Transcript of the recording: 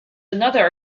another